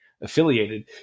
affiliated